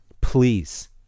Please